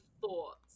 thoughts